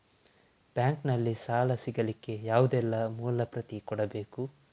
Bank ನಲ್ಲಿ ಸಾಲ ಸಿಗಲಿಕ್ಕೆ ಯಾವುದೆಲ್ಲ ಮೂಲ ಪ್ರತಿ ಕೊಡಬೇಕು?